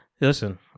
Listen